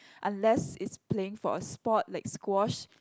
unless it's playing for a sport like squash